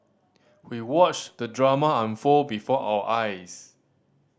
we watched the drama unfold before our eyes